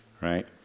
right